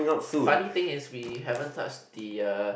funny thing is we haven't touch the uh